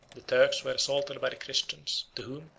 the turks were assaulted by the christians to whom,